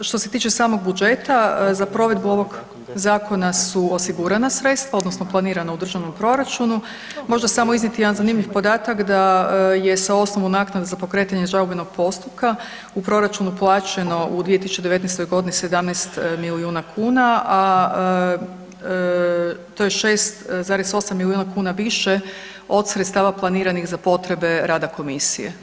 Što se tiče samog budžeta, za provedbu ovog zakona su osigurana sredstva odnosno planirana u državnom proračunu, možda samo iznijeti jedan zanimljiv podatak da je sa osnovu naknade za pokretanje žalbenog postupka u proračunu uplaćeno u 2019. g. 17 milijuna kn a to je 6,8 milijuna kn više od sredstava planiranih za potrebe rada komisije.